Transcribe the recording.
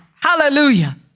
Hallelujah